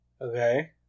Okay